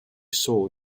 saw